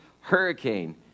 hurricane